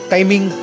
Timing